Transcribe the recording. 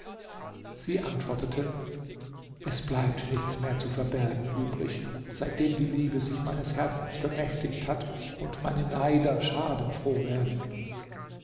sie antwortete es bleibt nichts mehr zu verbergen übrig seitdem die liebe sich meines herzens bemächtigt hat und meine neider schadenfroh werden